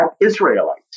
Israelites